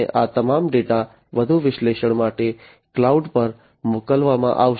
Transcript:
અને આ તમામ ડેટા વધુ વિશ્લેષણ માટે ક્લાઉડ પર મોકલવામાં આવશે